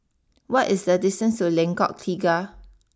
what is the distance to Lengkok Tiga